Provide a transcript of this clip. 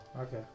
Okay